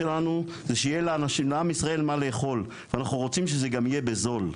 כדי שיהיה לאנשים מה לאכול ואנחנו גם רוצים שזה יהיה בזול,